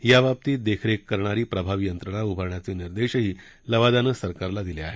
याबाबतीत देखरेख करणारी प्रभावी यंत्रणा उभारण्याचे निर्देशही लवादानं सरकारला दिले आहेत